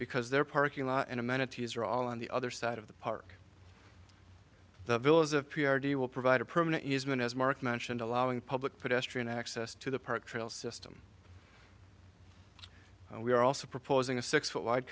because their parking lot and amenities are all on the other side of the park the villas of p r t will provide a permanent easement as mark mentioned allowing public pedestrian access to the park trail system we are also proposing a six foot wide